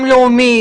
גם לאומי,